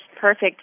perfect